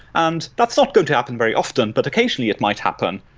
and that's not going to happen very often. but occasionally, it might happen.